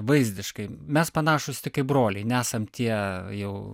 vaizdiškai mes panašūs tik kaip broliai nesam tie jau